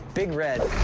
big red,